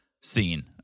scene